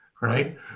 Right